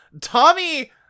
Tommy